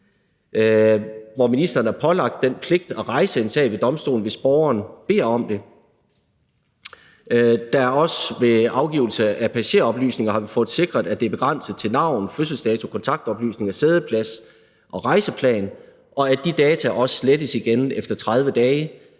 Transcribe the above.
at ministeren er pålagt den pligt at rejse en sag ved domstolen, hvis borgeren beder om det. Vi har også i forbindelse med afgivelse af passageroplysninger fået sikret, at det er begrænset til navn, fødselsdato, kontaktoplysninger, siddeplads og rejseplan, og at de data også slettes igen efter 30 dage,